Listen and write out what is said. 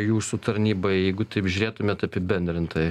jūsų tarnybai jeigu taip žiūrėtumėt apibendrintai